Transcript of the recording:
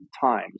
times